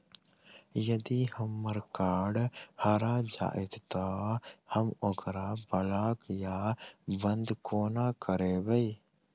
यदि हम्मर कार्ड हरा जाइत तऽ हम ओकरा ब्लॉक वा बंद कोना करेबै?